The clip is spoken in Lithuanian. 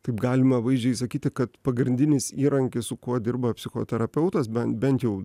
taip galima vaizdžiai sakyti kad pagrindinis įrankis su kuo dirba psichoterapeutas ben bent jau